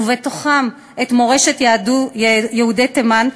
ובתוכה את מורשת יהודי תימן,